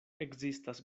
ekzistas